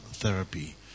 Therapy